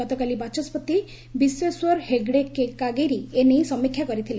ଗତକାଲି ବାଚସ୍କତି ବିଶ୍ୱେସ୍ୱର ହେଗଡେ କାଗେରୀ ଏ ନେଇ ସମୀକ୍ଷା କରିଥିଲେ